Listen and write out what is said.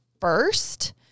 first